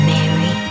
Mary